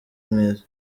mwiza